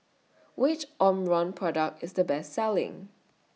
Which Omron Product IS The Best Selling